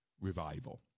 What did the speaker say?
revival